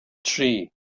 tri